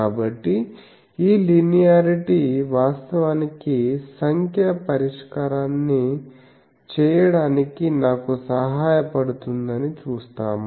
కాబట్టి ఈ లీనియారిటీ వాస్తవానికి సంఖ్యా పరిష్కారాన్ని చేయడానికి నాకు సహాయపడుతుందని చూస్తాము